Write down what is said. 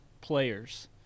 players